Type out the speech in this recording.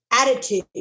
attitude